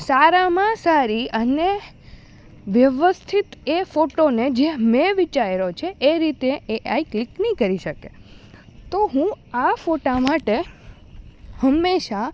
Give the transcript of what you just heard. સારામાં સારી અને વ્યવસ્થિત એ ફોટોને જે મેં વિચાર્યો છે એ રીતે એઆઈ ક્લિક નહીં કરી શકે તો હું આ ફોટા માટે હંમેશાં